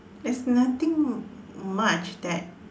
there's nothing much that